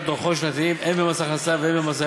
דוחות שנתיים הן במס הכנסה והן במע"מ,